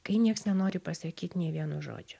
kai nieks nenori pasakyt nei vieno žodžio